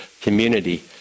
community